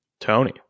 Tony